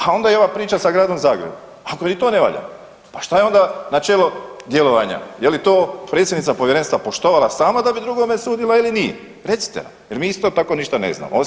Ha, onda i ova priča sa Gradom Zagrebom, ako ni to ne valja, pa šta je onda načelo djelovanja, je li to predsjednica povjerenstva poštovala sama da bi drugome sudila ili nije, recite nam jel mi isto tako ništa ne znamo osim vas.